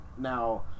now